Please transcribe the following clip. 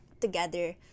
together